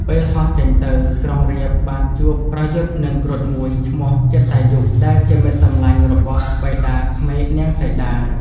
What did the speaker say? ពេលហោះចេញទៅ ក្រុងរាពណ៍បានជួបប្រយុទ្ធនឹងគ្រុឌមួយឈ្មោះ ជតាយុ ដែលជាមិត្តសម្លាញ់របស់បិតាក្មេកនាងសីតា។